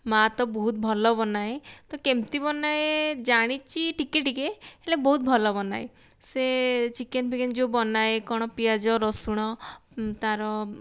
ମା' ତ ବହୁତ୍ ଭଲ ବନାଏ ତ କେମିତି ବନାଏ ଜାଣିଛି ଟିକିଏ ଟିକିଏ ହେଲେ ବହୁତ୍ ଭଲ ବନାଏ ସେ ଚିକେନ୍ଫିକେନ୍ ଯେଉଁ ବନାଏ କ'ଣ ପିଆଜ ରସୁଣ ତାର